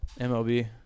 MLB